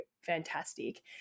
fantastic